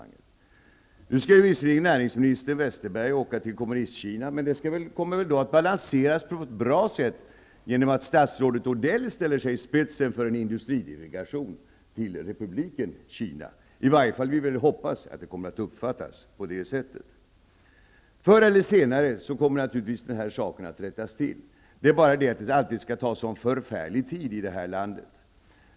Nu skall visserligen näringsminister Westerberg åka till Kommunistkina. Det kommer väl att balanseras på ett bra sätt genom att statsrådet Odell ställer sig i spetsen för en industridelegation till Republiken Kina. I varje fall hoppas vi att det kommer att uppfattas på det sättet. Förr eller senare kommer naturligtvis den här saken att rättas till. Det är bara det att det alltid skall behöva ta så förfärligt lång tid i det här landet.